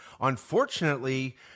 unfortunately